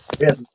Yes